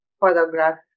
photograph